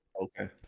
Okay